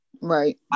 Right